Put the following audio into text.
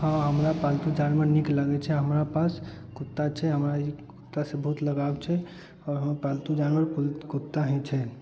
हँ हमरा पालतू जानवर नीक लागै छै हमरा पास कुत्ता छै हमरा ई कुत्तासँ बहुत लगाव छै आओर हमरा पालतू जानवर कुत्ता ही छै